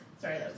Sorry